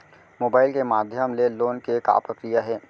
Mobile के माधयम ले लोन के का प्रक्रिया हे?